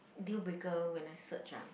deal breaker when I search ah